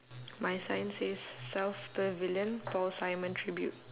my sign says south pavilion paul simon tribute